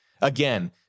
Again